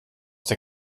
der